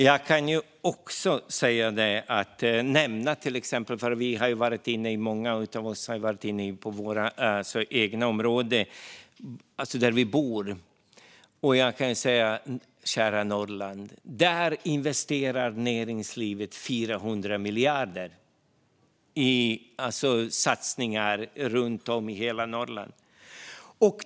Jag kan till exempel - för många av oss har varit inne på våra egna områden, där vi bor - nämna kära Norrland. Näringslivet investerar 400 miljarder i satsningar runt om i hela Norrland.